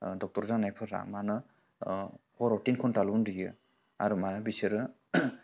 doctor जानायफोरा मा होनो हराव तिन घन्टाल' उन्दुयो आरो मा बिसोरो